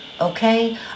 Okay